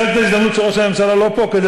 טוב שראש הממשלה לא כאן.